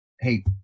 Hey